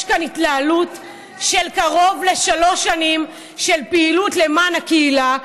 יש כאן התנהלות של קרוב לשלוש שנים של פעילות למען הקהילה,